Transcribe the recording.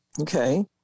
Okay